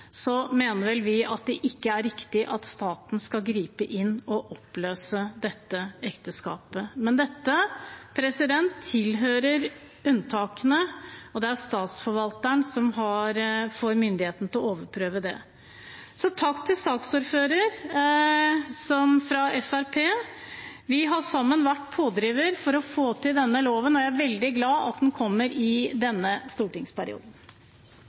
mener vi at det ikke er riktig at staten skal gripe inn og oppløse dette ekteskapet. Men dette tilhører unntakene, og det er Statsforvalteren som får myndighet til å overprøve det. Takk til saksordføreren fra Fremskrittspartiet. Vi har sammen vært pådrivere for å få til denne loven, og jeg er veldig glad for at den kommer i denne stortingsperioden.